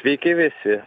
sveiki visi